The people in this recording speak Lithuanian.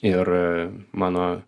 ir mano